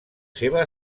seva